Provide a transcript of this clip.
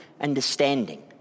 understanding